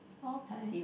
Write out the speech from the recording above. okay